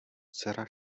dcera